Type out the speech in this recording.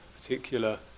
particular